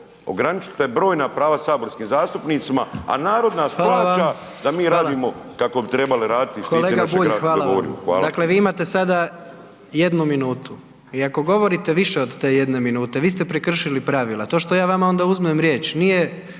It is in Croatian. ograničite brojna prava saborskim zastupnicima, a narod nas plaća …/Upadica: Hvala./… da mi radimo kao bi trebali raditi